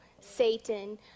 Satan